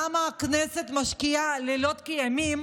למה הכנסת משקיעה לילות כימים